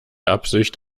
absicht